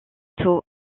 tôt